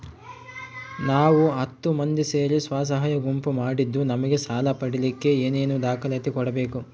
ನಾವು ಹತ್ತು ಮಂದಿ ಸೇರಿ ಸ್ವಸಹಾಯ ಗುಂಪು ಮಾಡಿದ್ದೂ ನಮಗೆ ಸಾಲ ಪಡೇಲಿಕ್ಕ ಏನೇನು ದಾಖಲಾತಿ ಕೊಡ್ಬೇಕು?